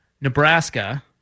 Nebraska